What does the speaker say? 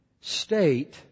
state